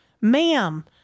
ma'am